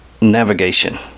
navigation